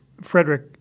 Frederick